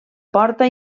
porta